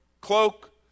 cloak